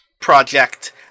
project